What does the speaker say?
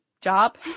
job